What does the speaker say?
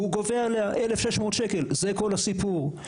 והוא גובה עליה 1,600 שקלים זה כל הסיפור.